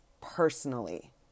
personally